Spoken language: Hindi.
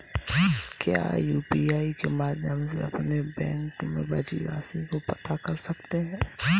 क्या यू.पी.आई के माध्यम से अपने बैंक में बची राशि को पता कर सकते हैं?